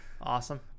Awesome